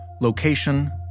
Location